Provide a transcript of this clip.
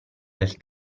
del